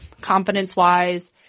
confidence-wise